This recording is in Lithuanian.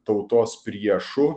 tautos priešu